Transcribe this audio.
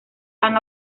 han